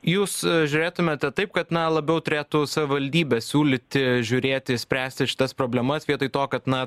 jūs žiūrėtumėte taip kad na labiau turėtų savaldybė siūlyti žiūrėti spręsti šitas problemas vietoj to kad na